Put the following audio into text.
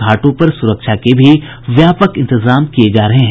घाटों पर सुरक्षा के भी व्यापक इंतजाम किये जा रहे हैं